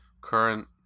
current